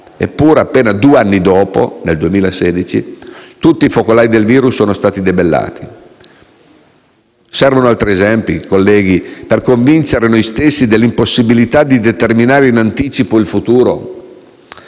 Eppure, appena due anni dopo, nel 2016, tutti i focolai sono stati debellati. Servono altri esempi, colleghi, per convincerci dell'impossibilità di determinare in anticipo il futuro?